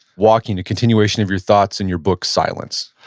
walking, a continuation of your thoughts in your book, silence?